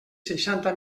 seixanta